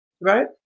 right